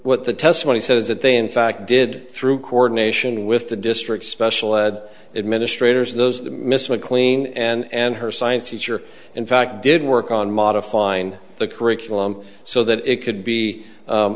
what the testimony says that they in fact did through coordination with the district special ed administrators those miss mclean and her science teacher in fact did work on modifying the curriculum so that it could be